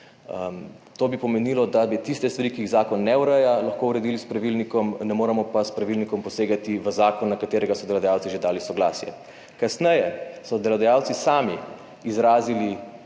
To bi pomenilo, da bi tiste stvari, ki jih zakon ne ureja, lahko uredili s pravilnikom, ne moremo pa s pravilnikom posegati v zakon, na katerega so delodajalci že dali soglasje. Kasneje so delodajalci sami izrazili